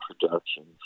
productions